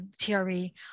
TRE